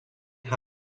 ha